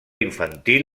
infantil